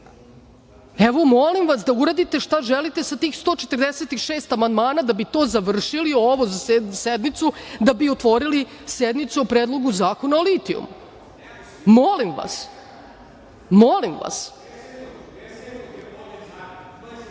molim vas da uradite šta želite sa tih 146 amandmana da bi to završili, ovu sednicu, da bi otvorili sednicu o Predlogu zakona o litijumu. Molim vas. Molim vas. Tako